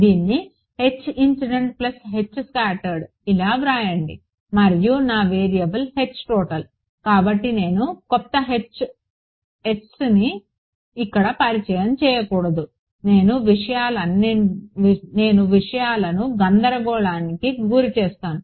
దీన్ని ఇలా వ్రాయండి మరియు నా వేరియబుల్ కాబట్టి నేను కొత్త H sని ఇక్కడ పరిచయం చేయకూడదు నేను విషయాలను గందరగోళానికి గురిచేస్తాను